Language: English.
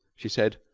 she said,